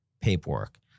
paperwork